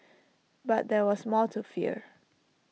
but there was more to fear